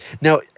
Now